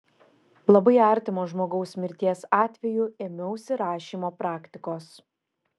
labai artimo žmogaus mirties atveju ėmiausi rašymo praktikos